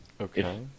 Okay